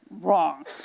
wrong